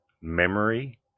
memory